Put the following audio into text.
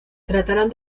trataron